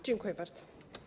Dziękuję bardzo.